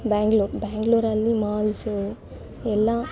ಬೆಂಗ್ಳೂರು ಬೆಂಗ್ಳೂರಲ್ಲಿ ಮಾಲ್ಸು ಎಲ್ಲ